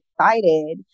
excited